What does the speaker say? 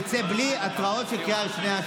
יצא בלי התראות של קריאה ראשונה,